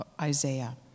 Isaiah